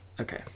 Okay